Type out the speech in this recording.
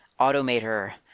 Automator